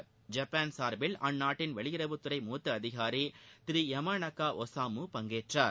Japan சார்பில் அந்நாட்டின் வெளியுறவுத்துறை மூத்த அதிகாரி யாமானக்கா ஒசாமு பங்கேற்றார்